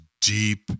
deep